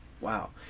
wow